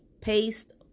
paste